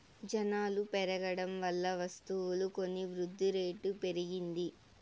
జనాలు పెరగడం వల్ల వస్తువులు కొని వృద్ధిరేటు పెరిగింది